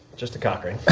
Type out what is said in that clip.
just a cock ring.